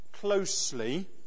closely